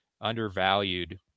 undervalued